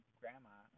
grandma